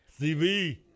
CV